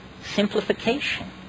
simplification